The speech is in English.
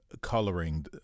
coloring